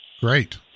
Great